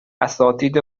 اساتید